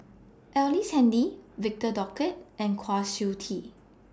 Ellice Handy Victor Doggett and Kwa Siew Tee